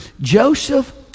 Joseph